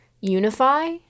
unify